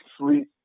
sleep